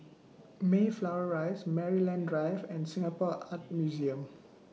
Mayflower Rise Maryland Drive and Singapore Art Museum